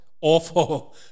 Awful